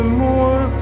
more